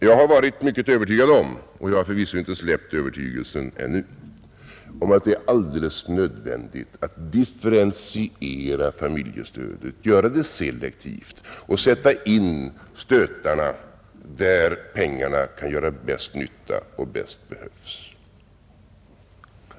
Jag har varit mycket övertygad om — övertygelsen har inte släppt ännu — att det är alldeles nödvändigt att differentiera familjestödet, göra det selektivt och sätta in stötarna där pengarna kan göra bäst nytta och där de bäst behövs.